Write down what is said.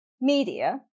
media